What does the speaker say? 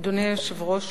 אדוני היושב-ראש,